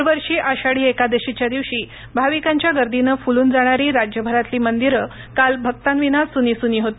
दरवर्षी आषाढी एकादशीच्या दिवशी भाविकांच्या गर्दीने फुलून जाणारी राज्यभरातली मंदिरं काल भक्तांविना सुनीसुनी होती